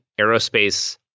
aerospace